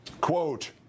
Quote